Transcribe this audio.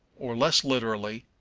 or, less literally,